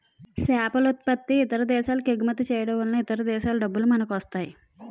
సేపలుత్పత్తి ఇతర దేశాలకెగుమతి చేయడంవలన ఇతర దేశాల డబ్బులు మనకొస్తాయి